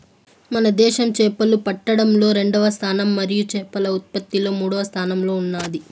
మన దేశం చేపలు పట్టడంలో రెండవ స్థానం మరియు చేపల ఉత్పత్తిలో మూడవ స్థానంలో ఉన్నాది